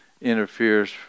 interferes